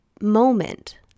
moment